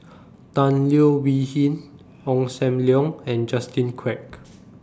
Tan Leo Wee Hin Ong SAM Leong and Justin Quek